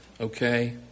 Okay